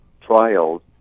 trials